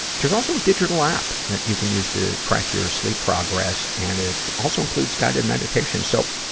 there's also a digital app that you can use to track your sleep progress. and it also included guided meditation. so, ah,